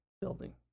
building